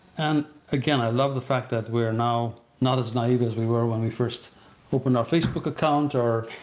and again, i love the fact that we're now not as naive as we were when we first opened our facebook account or